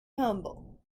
humble